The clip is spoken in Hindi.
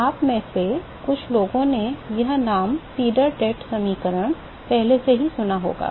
आप में से कुछ लोगों ने यह नाम सीडर टेट समीकरण पहले ही सुना होगा